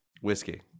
Whiskey